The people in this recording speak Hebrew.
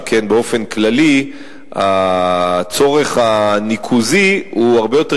שכן באופן כללי הצורך הניקוזי הוא הרבה יותר